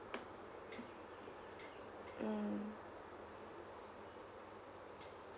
mm